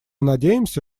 надеемся